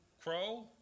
crow